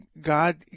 God